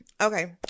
Okay